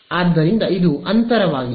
ಆದ್ದರಿಂದ ಇದು ಅಂತರವಾಗಿದೆ